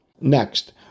Next